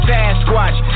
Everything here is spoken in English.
Sasquatch